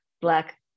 black